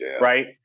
right